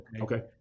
okay